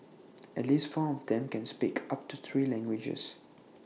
at least four of them can speak up to three languages